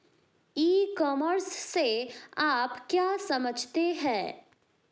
ई commerce से आप क्या समझते हैं?